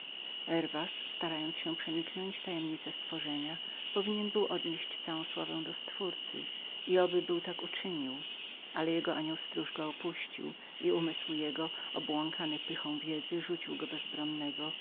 herwas starając się przeniknąć tajemnicę stworzenia powinien był odnieść całą sławę do stwórcy i oby był tak uczynił ale jego anioł stróż go opuścił i umysł jego obłąkany pychą wiedzy rzucił go bezbronnego